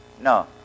No